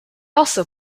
also